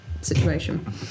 situation